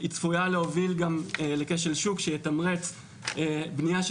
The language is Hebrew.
היא צפויה להוביל גם לכשל שוק שיתמרץ בנייה של